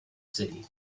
city